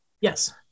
Yes